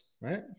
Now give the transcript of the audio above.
right